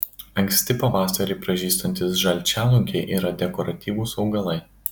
anksti pavasarį pražystantys žalčialunkiai yra dekoratyvūs augalai